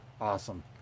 Awesome